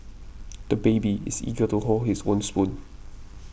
the baby is eager to hold his own spoon